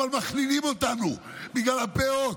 אבל מכלילים אותנו בגלל הפאות,